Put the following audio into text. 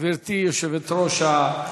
גברתי יושבת-ראש,